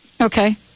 Okay